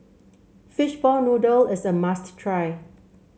Fishball Noodle is a must try